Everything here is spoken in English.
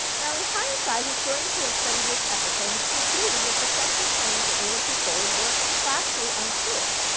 now in hindsight, historians who have studied this episode have concluded that the central claims that nela put forward were factually untrue.